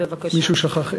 בבקשה.